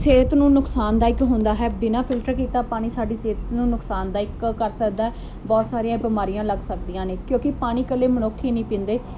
ਸਿਹਤ ਨੂੰ ਨੁਕਸਾਨਦਾਇਕ ਹੁੰਦਾ ਹੈ ਬਿਨਾਂ ਫਿਲਟਰ ਕੀਤਾ ਪਾਣੀ ਸਾਡੀ ਸਿਹਤ ਨੂੰ ਨੁਕਸਾਨਦਾਇਕ ਕਰ ਸਕਦਾ ਬਹੁਤ ਸਾਰੀਆਂ ਬਿਮਾਰੀਆਂ ਲੱਗ ਸਕਦੀਆਂ ਨੇ ਕਿਉਂਕਿ ਪਾਣੀ ਇਕੱਲੇ ਮਨੁੱਖ ਹੀ ਨਹੀਂ ਪੀਂਦੇ